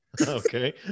Okay